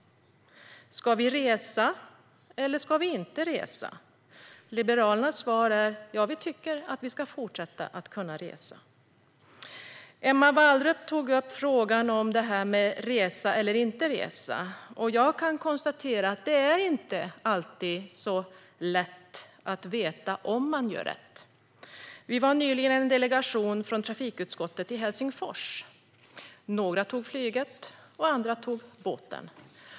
Ska vi resa, eller ska vi inte resa? Liberalernas svar är: Vi tycker att vi ska fortsätta att kunna resa. Emma Wallrup tog upp frågan om att resa eller inte resa. Jag kan konstatera att det inte alltid är så lätt att veta om man gör rätt. Vi var nyligen en delegation från trafikutskottet i Helsingfors. Några tog flyget, och andra tog båten.